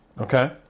Okay